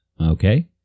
Okay